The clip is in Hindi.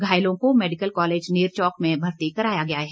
घायलों को मैडिकल कॉलेज नेरचौक में भर्ती कराया गया है